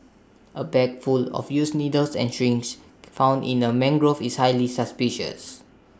A bag full of used needles and syringes found in A mangrove is highly suspicious